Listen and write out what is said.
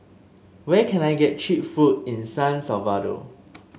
where can I get cheap food in San Salvador